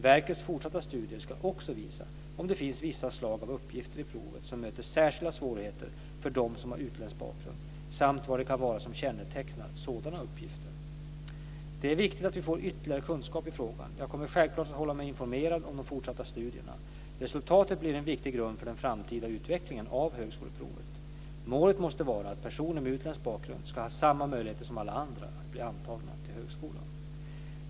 Verkets fortsatta studier ska också visa om det finns vissa slag av uppgifter i provet som möter särskilda svårigheter för dem som har utländsk bakgrund samt vad det kan vara som kännetecknar sådana uppgifter. Det är viktigt att vi får ytterligare kunskap i frågan. Jag kommer självklart att hålla mig informerad om de fortsatta studierna. Resultaten blir en viktig grund för den framtida utvecklingen av högskoleprovet. Målet måste vara att personer med utländsk bakgrund ska ha samma möjligheter som alla andra att bli antagna till högskolan.